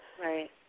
Right